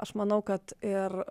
aš manau kad ir